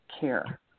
care